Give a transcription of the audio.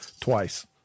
twice